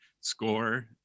score